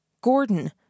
Gordon